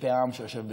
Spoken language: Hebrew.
כלפי העם שיושב בציון.